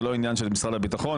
זה לא עניין של משרד הביטחון.